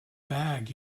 bag